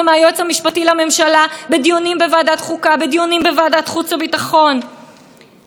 עד סוף שנות ה-70 בג"ץ היה מחסום מפני עריצות של מדיניות מפא"י.